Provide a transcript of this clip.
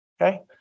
okay